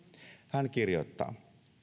hän kirjoittaa